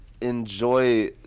enjoy